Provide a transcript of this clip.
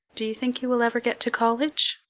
do you think you will ever get to college?